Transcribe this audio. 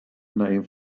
name